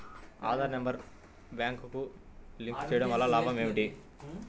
Aadhaar number బ్యాంక్నకు link చేయుటవల్ల లాభం ఏమిటి?